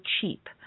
cheap